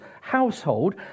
household